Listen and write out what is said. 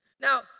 Now